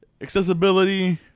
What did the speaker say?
Accessibility